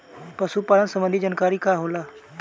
पशु पालन संबंधी जानकारी का होला?